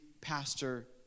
pastor